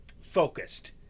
focused